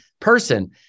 person